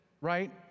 right